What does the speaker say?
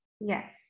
Yes